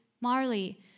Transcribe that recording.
Marley